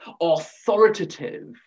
authoritative